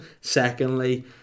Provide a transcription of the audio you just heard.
Secondly